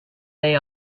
they